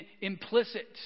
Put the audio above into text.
implicit